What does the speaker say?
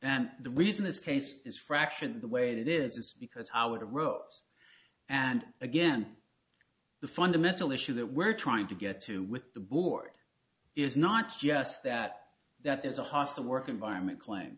and the reason this case is fraction the way it is is because i would have rows and again the fundamental issue that we're trying to get to with the board is not just that that there's a hostile work environment cl